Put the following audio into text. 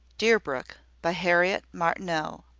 deerbrook, by harriet martineau.